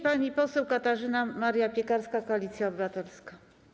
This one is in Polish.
Pani poseł Katarzyna Maria Piekarska, Koalicja Obywatelska.